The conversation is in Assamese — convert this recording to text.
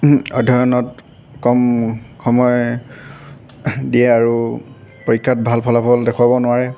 অধ্যয়নত কম সময় দিয়ে আৰু পৰীক্ষাত ভাল ফলাফল দেখোৱাব নোৱাৰে